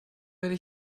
werde